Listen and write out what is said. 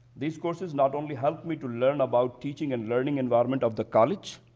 these courses not only helped me to learn about teaching and learning involvement of the college,